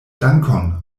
dankon